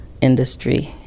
industry